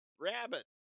rabbit